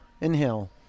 Inhale